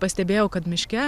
pastebėjau kad miške